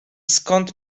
skąd